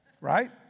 right